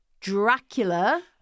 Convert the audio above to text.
Dracula